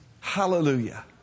Hallelujah